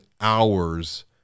hours